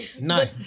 None